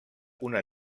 una